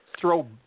throw